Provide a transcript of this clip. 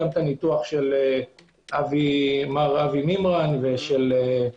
גם את הניתוח של מר אבי מימרן ואחרים.